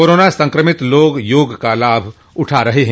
corona संक्रमित लोग योग का लाभ उठा रहे हैं